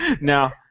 Now